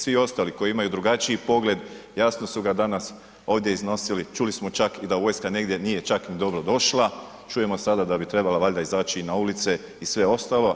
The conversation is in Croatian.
Svi ostali koji imaju drugačiji pogled, jasno su ga danas ovdje iznosili, čuli smo čak i da vojska negdje nije čak ni dobro došla, čujemo sad da bi trebala valjda izaći i na ulice i sve ostalo.